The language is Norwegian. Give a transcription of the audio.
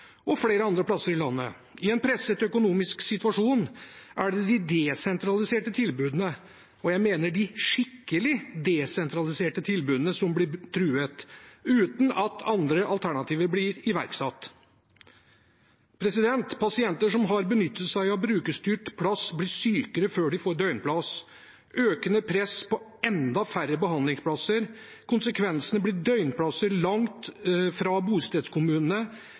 og flere andre plasser i landet. I en presset økonomisk situasjon er det de desentraliserte tilbudene – og jeg mener de skikkelig desentraliserte tilbudene – som blir truet, uten at andre alternativer blir iverksatt. Pasienter som har benyttet seg av brukerstyrt plass, blir sykere før de får døgnplass. Det blir økende press på enda færre behandlingsplasser, og konsekvensene blir døgnplasser langt fra bostedskommunene.